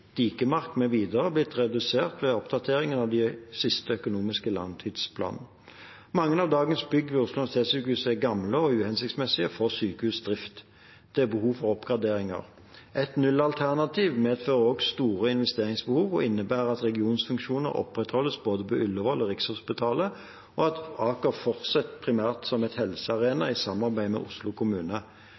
Dikemark mv. blitt redusert ved oppdateringen av den siste økonomiske langtidsplanen. Mange av dagens bygg ved Oslo universitetssykehus er gamle og uhensiktsmessige for sykehusdrift. Det er behov for oppgraderinger. Et nullalternativ medfører også store investeringsbehov og innebærer at regionfunksjoner opprettholdes både på Ullevål og Rikshospitalet, og at Aker fortsetter primært som helsearena i samarbeid med Oslo kommune.